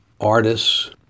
artists